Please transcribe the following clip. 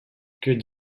que